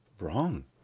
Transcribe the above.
wrong